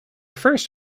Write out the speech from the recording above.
first